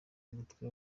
umutwe